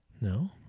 No